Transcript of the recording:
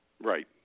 Right